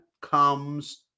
comes